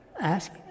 Ask